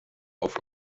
auf